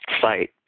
site